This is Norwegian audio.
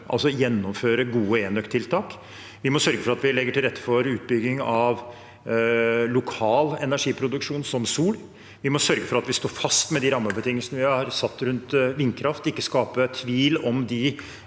altså gjennomføre gode enøktiltak. Vi må sørge for at vi legger til rette for utbygging av lokal energiproduksjon, som sol. Vi må sørge for at de rammebetingelsene vi har satt for vindkraft, står fast, og